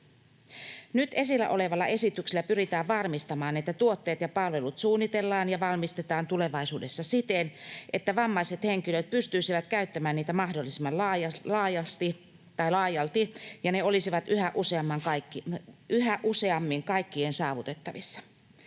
Nyt esillä olevalla esityksellä pyritään varmistamaan, että tuotteet ja palvelut suunnitellaan ja valmistetaan tulevaisuudessa siten, että vammaiset henkilöt pystyisivät käyttämään niitä mahdollisimman laajalti ja ne olisivat yhä useammin kaikkien saavutettavissa.